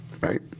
right